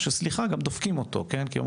או שסליחה גם דופקים אותו כי הוא